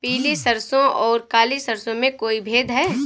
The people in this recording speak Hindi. पीली सरसों और काली सरसों में कोई भेद है?